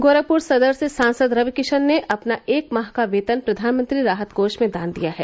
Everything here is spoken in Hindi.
गोरखपुर सदर से सांसद रविकिशन ने अपना एक माह का वेतन प्रधानमंत्री राहत कोष में दान दिया है